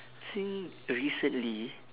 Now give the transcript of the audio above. think recently